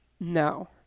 no